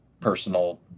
personal